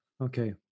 Okay